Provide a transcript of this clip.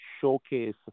showcase